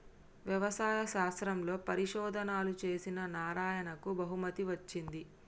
వ్యవసాయ శాస్త్రంలో పరిశోధనలు చేసిన నారాయణకు బహుమతి వచ్చింది